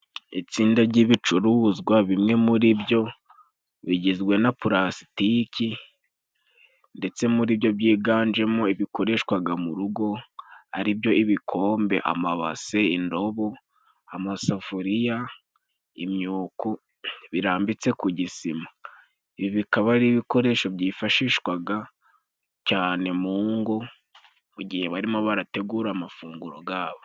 Itsinda ry'ibicuruzwa bimwe muri byo bigizwe na parasitiki, ndetse muri byo byiganjemo ibikoreshwaga mu rugo aribyo: ibikombe, amabase, indobo, amasafuriya, imyuku, birambitse ku gisima. Ibi bikaba ari ibikoresho byifashishwaga cyane mu ngo mu gihe barimo barategura amafunguro gabo.